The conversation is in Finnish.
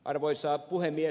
arvoisa puhemies